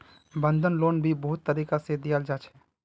बंधक लोन भी बहुत तरीका से दियाल जा छे